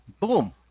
Boom